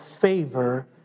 favor